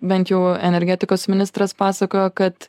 bent jau energetikos ministras pasakojo kad